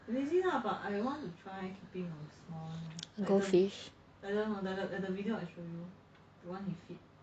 a goldfish